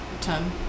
Ten